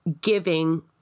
giving